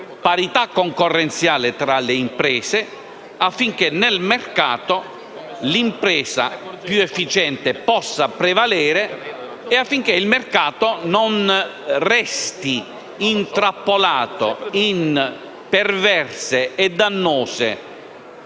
parità concorrenziale tra le imprese, affinché nel mercato l'impresa più efficiente possa prevalere e il mercato non resti intrappolato in perverse e dannose